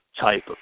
type